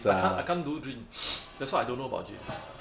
I can't I can't do gin that's why I don't know about gin